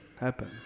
happen